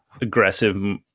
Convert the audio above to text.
aggressive